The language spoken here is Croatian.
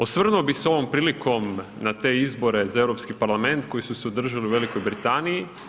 Osvrnu bih se tom prilikom na te izbore za Europski parlament koji su se održali u Velikoj Britaniji.